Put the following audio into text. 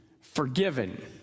forgiven